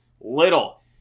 Little